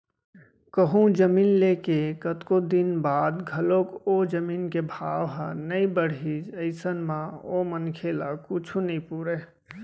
कहूँ जमीन ले के कतको दिन बाद घलोक ओ जमीन के भाव ह नइ बड़हिस अइसन म ओ मनखे ल कुछु नइ पुरय